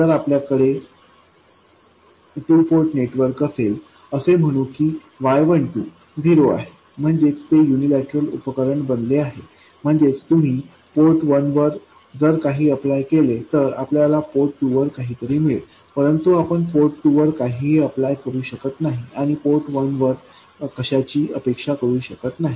तर आपल्याकडे जर टू पोर्ट नेटवर्क असेल असे म्हणू की y12झिरो आहे म्हणजे ते यूनिलैटरल उपकरण बनले आहे म्हणजेच तुम्ही पोर्ट 1 वर जर काही अप्लाय केले तर आपल्याला पोर्ट 2 वर काहीतरी मिळेल परंतु आपण पोर्ट 2 वर काहीही अप्लाय करू शकत नाही आणि पोर्ट 1 वर कशाची अपेक्षा करू शकत नाही